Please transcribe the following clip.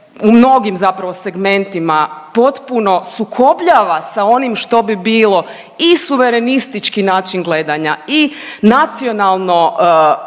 u mnogim zapravo segmentima potpuno sukobljava sa onim što bi bilo i suverenistički način gledanja i nacionalno